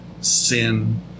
sin